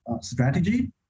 strategy